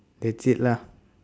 that's it lah